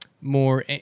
more